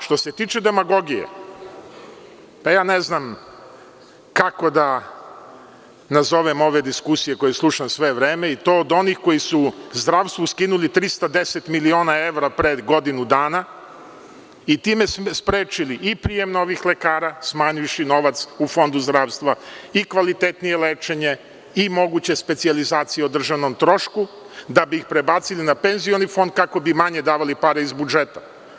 Što se tiče demagogije, ne znam kako da nazovem ove diskusije koje slušam sve vreme i to od onih koji su zdravstvu skinuli 310 miliona evra pre godinu dana i time sprečili i prijem novih lekara, smanjivši novac u Fondu zdravstva i kvalitetnije lečenje i moguće specijalizacije o državnom trošku da bi prebacili na penzioni fond kako bi manje davali para iz budžeta.